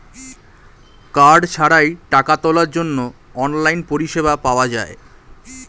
card ছাড়াই টাকা তোলার জন্য অনলাইন পরিষেবা পাওয়া যায়